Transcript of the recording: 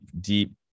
deep